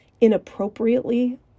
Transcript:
inappropriately